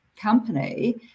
company